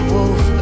Wolf